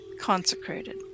consecrated